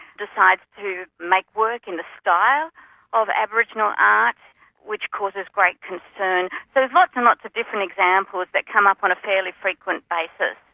decides to make work in the style of aboriginal art which causes great concern. but there's lots and lots of different examples that come up on a fairly frequent basis.